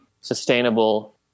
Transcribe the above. sustainable